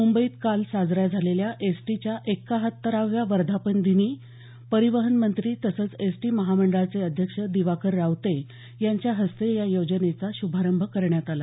मुंबईत काल साजऱ्या झालेल्या एसटीच्या एक्कावत्तराव्या वर्धापन दिनी परिवहन मंत्री तसंच एसटी महामंडळाचे अध्यक्ष दिवाकर रावते यांच्या हस्ते या योजनेचा श्भारंभ करण्यात आला